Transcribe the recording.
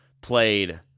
played